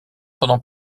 pendant